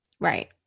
Right